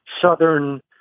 Southern